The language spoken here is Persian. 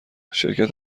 شرکت